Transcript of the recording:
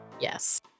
Yes